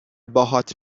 باهات